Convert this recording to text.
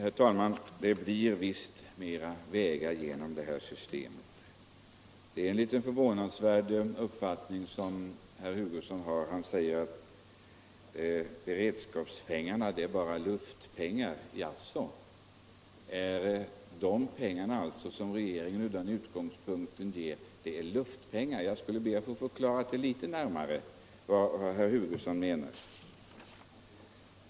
Herr talman! Det blir visst mer vägar genom det system vi föreslår. Herr Hugosson har den förvånansvärda uppfattningen att beredskapspengarna bara är luftpengar. Jaså? Är de pengar som regeringen ger på det sättet luftpengar? Jag skulle vilja få förklarat litet närmare vad herr Hugosson menar.